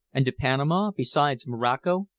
and to panama, besides morocco,